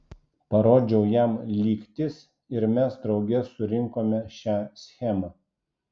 parodžiau jam lygtis ir mes drauge surinkome šią schemą